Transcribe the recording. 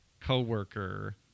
co-worker